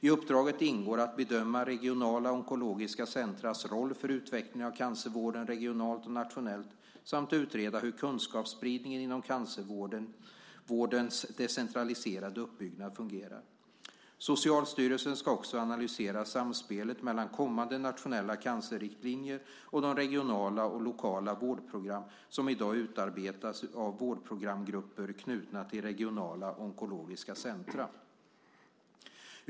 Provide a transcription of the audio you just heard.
I uppdraget ingår att bedöma regionala onkologiska centers roll för utvecklingen av cancervården regionalt och nationellt samt att utreda hur kunskapsspridningen inom cancervårdens decentraliserade uppbyggnad fungerar. Socialstyrelsen ska också analysera samspelet mellan kommande nationella cancerriktlinjer och de regionala och lokala vårdprogram som i dag utarbetas av vårdprogramgrupper knutna till regionala onkologiska center.